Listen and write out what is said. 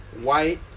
white